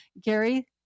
Gary